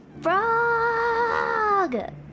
Frog